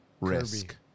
Risk